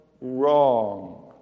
wrong